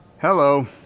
Hello